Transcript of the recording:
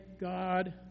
God